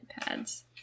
pads